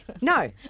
No